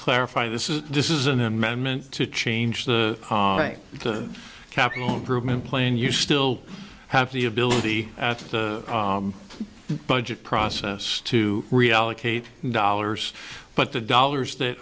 clarify this is this is an amendment to change the way it's done capital improvement plan you still have the ability at the budget process to reallocate dollars but the dollars that